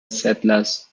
settlers